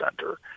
center